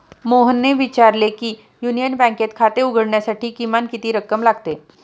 मोहनने विचारले की युनियन बँकेत खाते उघडण्यासाठी किमान किती रक्कम लागते?